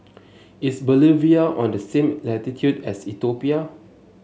is Bolivia on the same latitude as Ethiopia